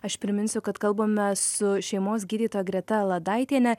aš priminsiu kad kalbamės su šeimos gydytoja greta ladaitiene